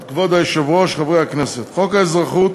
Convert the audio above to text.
כבוד היושב-ראש, חברי הכנסת, חוק האזרחות